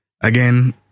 Again